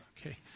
Okay